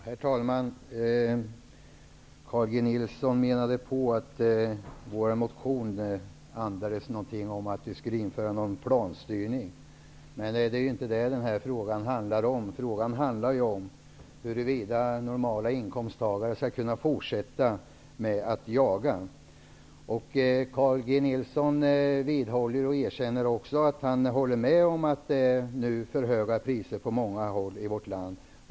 Herr talman! Carl G Nilsson menade att vår motion andades att vi vill införa någon form av planstyrning. Det är inte det frågan handlar om. Den handlar om huruvida normala inkomsttagare skall kunna fortsätta jaga. Carl G Nilsson erkänner att han håller med om att priserna är för höga på många håll i vårt land.